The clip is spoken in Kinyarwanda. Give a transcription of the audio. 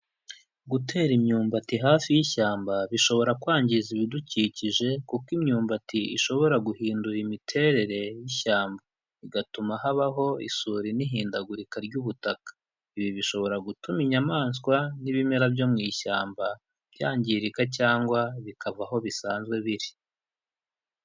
Gutera imyumbati hafi y'ishyamba bishobora kwangiza ibidukikije, kuko imyumbati ishobora guhindura imiterere y'ishyamba, igatuma habaho isuri n'ihindagurika ry'ubutaka, ibi bishobora gutuma inyamaswa n'ibimera byo mu ishyamba byangirika, cyangwa bikava aho bisanzwe biri.